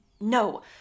No